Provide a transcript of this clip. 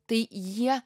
tai jie